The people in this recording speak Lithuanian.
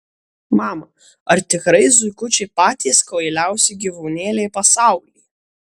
mama ar tikrai zuikučiai patys kvailiausi gyvūnėliai pasaulyje